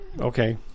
Okay